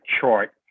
chart